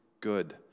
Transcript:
good